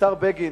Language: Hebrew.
השר בגין,